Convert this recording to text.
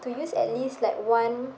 to use at least like one